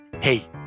hey